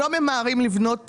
לא ממהרים לבנות